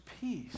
peace